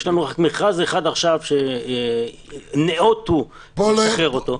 יש לנו מכרז אחד עכשיו שנאותו לשחרר אותו.